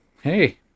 hey